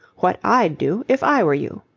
what i'd do, if i were you.